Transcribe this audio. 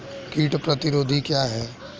कीट प्रतिरोधी क्या है?